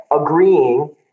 agreeing